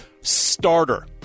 starter